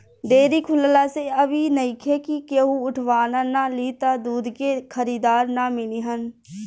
dairy खुलला से अब इ नइखे कि केहू उठवाना ना लि त दूध के खरीदार ना मिली हन